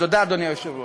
תודה, אדוני היושב-ראש.